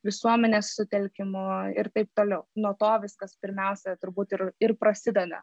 visuomenės sutelkimu ir taip toliau nuo to viskas pirmiausia turbūt ir ir prasideda